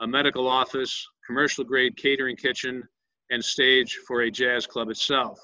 a medical office commercial grade catering kitchen and stage for a jazz club itself